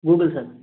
Google sir